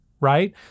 right